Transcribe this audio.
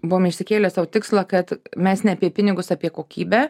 buvom išsikėlę sau tikslą kad mes ne apie pinigus apie kokybę